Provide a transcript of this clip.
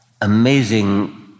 amazing